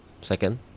Second